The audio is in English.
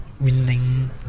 winning